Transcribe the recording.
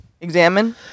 examine